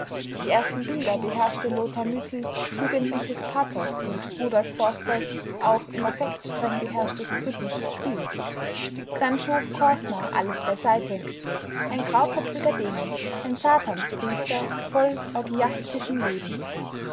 die ersten bilder beherrschte lothar müthels jugendliches pathos und rudolf forsters auch im affekt streng beherrschtes rhythmisches spiel dann schob kortner alles beiseite ein grauköpfiger dämon ein satanspriester voll orgiastischen lebens